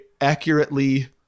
accurately